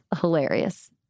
hilarious